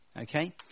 okay